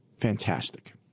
fantastic